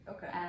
Okay